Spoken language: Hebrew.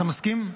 אתה מסכים?